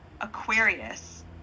Aquarius